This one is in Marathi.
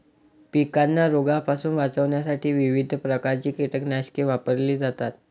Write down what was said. पिकांना रोगांपासून वाचवण्यासाठी विविध प्रकारची कीटकनाशके वापरली जातात